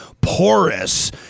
porous